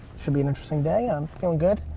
should be an interesting day. ah um feeling good.